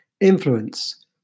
Influence